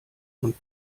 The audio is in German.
und